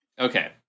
Okay